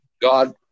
God